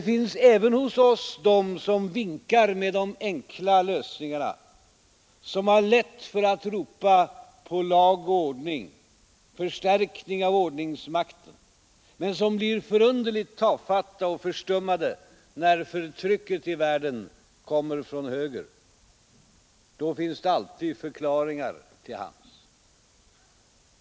Även hos oss finns de som vinkar med de enkla lösningarna, som har lätt för att ropa på lag och ordning och på förstärkning av ordningsmakten men som blir förunderligt tafatta och förstummade, när förtrycket i världen kommer från höger. Då finns alltid förklaringar till hands.